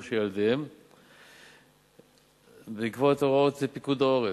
של ילדיהם בעקבות הוראות של פיקוד העורף.